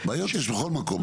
בעיות יש בכל מקום.